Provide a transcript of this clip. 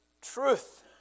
truth